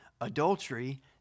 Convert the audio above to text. Adultery